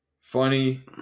funny